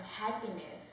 happiness